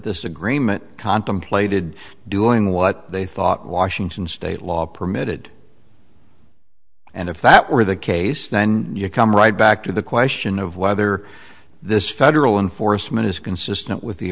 this agreement contemplated doing what they thought washington state law permitted and if that were the case then you come right back to the question of whether this federal law enforcement is consistent with the